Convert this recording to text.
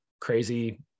crazy